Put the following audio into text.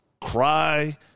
cry